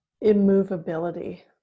immovability